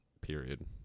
period